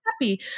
happy